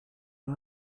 han